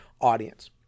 audience